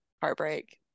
heartbreak